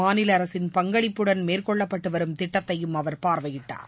மாநில அரசின் பங்களிப்புடன் மேற்கொள்ளப்பட்டு வரும் திட்டத்தையும் அவர் பார்வையிட்டார்